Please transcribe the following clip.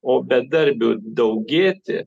o bedarbių daugėti